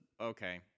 okay